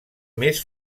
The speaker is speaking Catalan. més